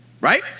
Right